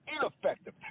ineffective